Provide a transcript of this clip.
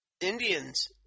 Indians